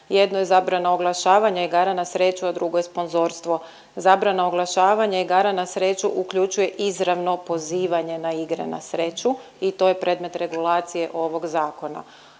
jedno je zabrana oglašavanja igara na sreću, a drugo je sponzorstvo. Zabrana oglašavanja igara na sreću uključuje izravno pozivanje na igre na sreću i to je predmet regulacije ovog zakona.